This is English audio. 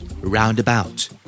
Roundabout